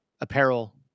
apparel